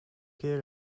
keer